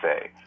say